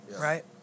right